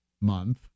month